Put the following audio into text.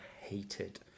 hated